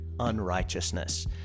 Unrighteousness